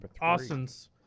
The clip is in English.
Austin's